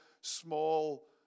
small